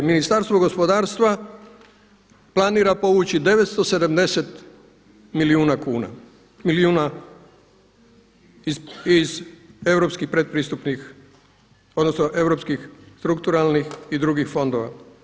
Dakle, Ministarstvo gospodarstva planira povući 970 milijuna kuna, milijuna iz europskih predpristupnih odnosno europskih strukturalnih i drugih fondova.